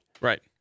Right